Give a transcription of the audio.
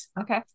Okay